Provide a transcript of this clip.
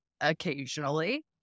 occasionally